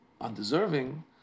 undeserving